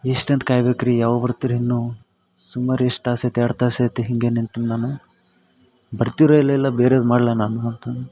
ಎಷ್ಟು ಅಂತ ಕಾಯ್ಬೇಕು ರೀ ಯಾವಾಗ ಬರ್ತಿರಿ ನೀವು ಸುಮ್ಮ ರೀ ಎಷ್ಟು ತಾಸು ಆಯ್ತು ಎರಡು ತಾಸು ಆಯ್ತು ಹಿಂಗೆ ನಿಂತೀನಿ ನಾನು ಬರ್ತಿರೋ ಇಲ್ಲ ಇಲ್ಲ ನಾನು ಬೇರೆದ ಮಾಡ್ಲ ನಾನು ಮತ್ತೆ